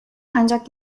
ancak